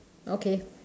okay